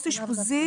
אישפוזי,